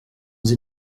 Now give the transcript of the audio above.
sie